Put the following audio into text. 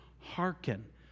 Hearken